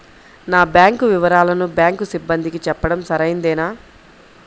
నా బ్యాంకు వివరాలను బ్యాంకు సిబ్బందికి చెప్పడం సరైందేనా?